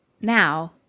Now